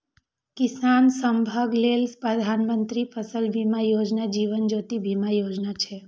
किसान सभक लेल प्रधानमंत्री फसल बीमा योजना, जीवन ज्योति बीमा योजना छै